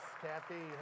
Kathy